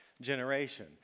generation